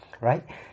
right